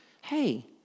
hey